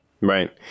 Right